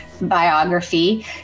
biography